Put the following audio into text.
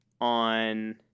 on